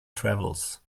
travels